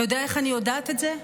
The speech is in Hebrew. אתה יודע איך אני יודעת את זה?